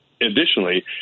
additionally